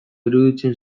iruditzen